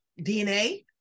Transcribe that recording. DNA